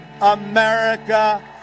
America